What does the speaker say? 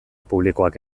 publikoak